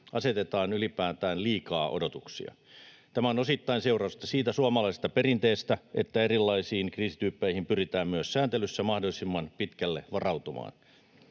asetetaan ylipäätään liikaa odotuksia. Tämä on osittain seurausta siitä suomalaisesta perinteestä, että erilaisiin kriisityyppeihin pyritään myös sääntelyssä mahdollisimman pitkälle varautumaan.